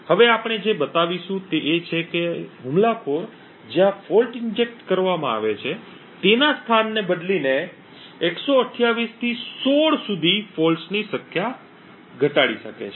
હવે આપણે જે બતાવીશું તે એ છે કે હુમલાખોર જ્યાં દોષ ઇન્જેક્ટ કરવામાં આવે છે તેના સ્થાનને બદલીને 128 થી 16 સુધી ખામીઓ ની સંખ્યા ઘટાડી શકે છે